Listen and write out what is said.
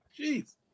Jeez